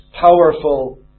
powerful